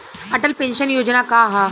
Atal pension Yojana का ह?